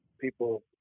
people